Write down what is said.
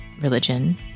religion